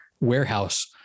warehouse